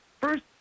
first